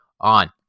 on